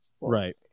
Right